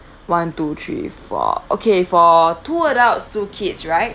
one two three four okay for two adults two kids right